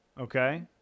Okay